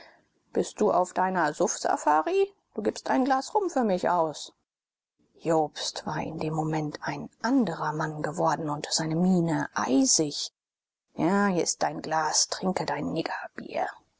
bist du auf deiner suff safari du gibst ein glas rum für mich aus jobst war in dem moment ein anderer mann geworden und seine miene eisig ja hier ist dein glas trinke dein